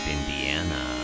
Indiana